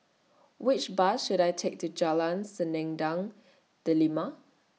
Which Bus should I Take to Jalan Selendang Delima